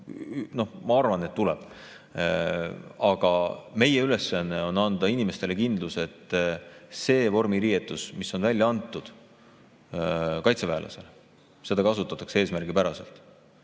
Ma arvan, et tuleb. Aga meie ülesanne on anda inimestele kindlus, et seda vormiriietust, mis on välja antud kaitseväelasele, kasutataks eesmärgipäraselt.